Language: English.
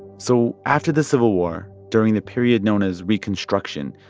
so after the civil war, during the period known as reconstruction,